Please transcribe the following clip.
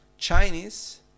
Chinese